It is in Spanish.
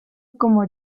como